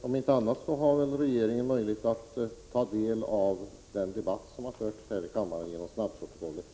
Om inte annat har regeringen möjlighet att ta del av den debatt som förts i kammaren genom snabbprotokollet.